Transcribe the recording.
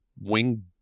wing